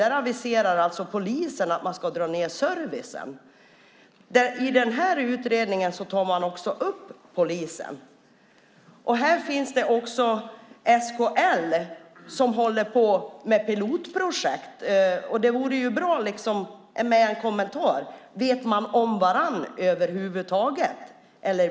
Där aviserar polisen att man ska dra ned på servicen. I den här utredningen tar man också upp polisen. Här finns också SKL, som håller på med pilotprojekt. Det vore bra med en kommentar. Känner man till varandra över huvud taget?